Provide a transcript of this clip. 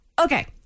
Okay